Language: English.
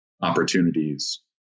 opportunities